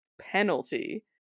penalty